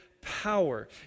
power